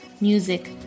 music